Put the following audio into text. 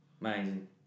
Amazing